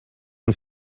han